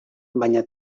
baina